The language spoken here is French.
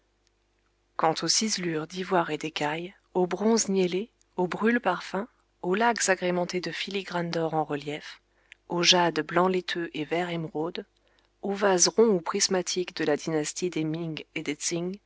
quant aux ciselures d'ivoire et d'écaille aux bronzes niellés aux brûle parfum aux laques agrémentées de filigranes d'or en relief aux jades blanc laiteux et vert émeraude aux vases ronds ou prismatiques de la dynastie des ming et